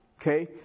Okay